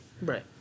Right